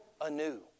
anew